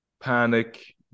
panic